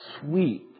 Sweet